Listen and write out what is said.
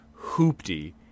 hoopty